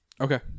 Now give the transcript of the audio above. Okay